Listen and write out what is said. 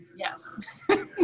Yes